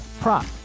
prop